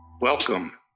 Welcome